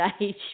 age